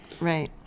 right